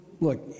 look